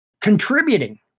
contributing